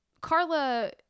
Carla